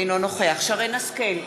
אינו נוכח שרן השכל,